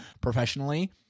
professionally